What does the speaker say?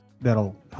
that'll